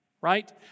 right